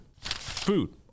Food